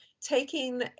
taking